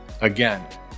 Again